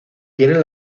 tiene